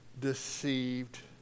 deceived